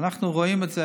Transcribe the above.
אנחנו רואים את זה,